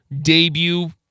debut